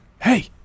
Hey